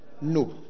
No